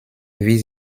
wie